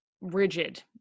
rigid